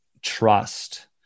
trust